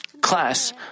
class